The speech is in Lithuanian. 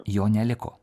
jo neliko